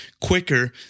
quicker